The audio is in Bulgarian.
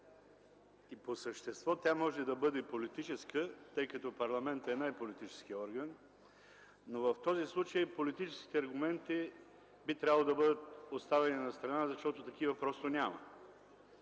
по същество може да бъде политическа, тъй като парламентът е най-политическият орган, но в този случай политическите аргументи би трябвало да бъдат оставени настрана, защото такива просто няма.